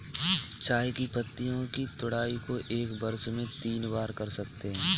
चाय की पत्तियों की तुड़ाई को एक वर्ष में तीन बार कर सकते है